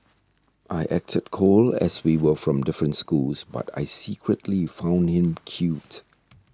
I acted cold as we were from different schools but I secretly found him cute